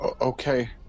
Okay